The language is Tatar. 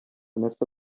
нәрсә